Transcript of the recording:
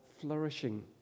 flourishing